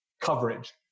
coverage